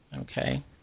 Okay